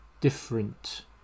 different